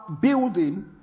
building